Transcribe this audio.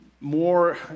More